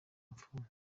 ipfunwe